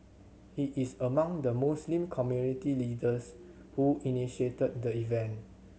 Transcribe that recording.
he is among the Muslim community leaders who initiated the event